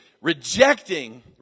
Rejecting